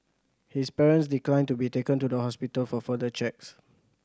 his parents declined to be taken to the hospital for further checks